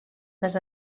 les